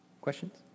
questions